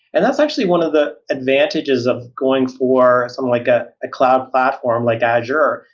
and that's actually one of the advantages of going for something like a cloud platform like azure,